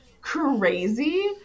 crazy